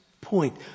point